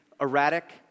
erratic